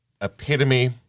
epitome